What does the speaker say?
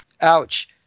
Ouch